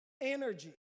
energy